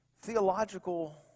theological